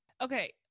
Okay